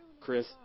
Chris